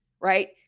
right